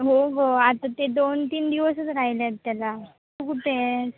हो हो आता ते दोन तीन दिवसच राहिले आहेत त्याला तू कुठे आहे